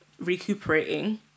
recuperating